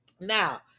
now